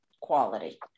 quality